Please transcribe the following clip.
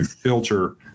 filter